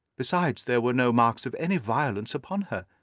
besides, there were no marks of any violence upon her.